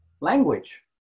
language